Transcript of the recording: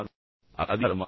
அது அதிகாரமா